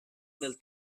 del